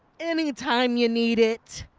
anytime you need it.